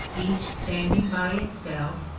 each standing by itself,